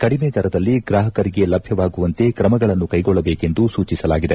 ಕಡಿಮೆ ದರದಲ್ಲಿ ಗ್ರಾಹಕರಿಗೆ ಲಭ್ಞವಾಗುವಂತೆ ಕ್ರಮಗಳನ್ನು ಕೈಗೊಳ್ಟಬೇಕೆಂದು ಸೂಚಿಸಲಾಗಿದೆ